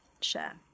share